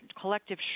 collective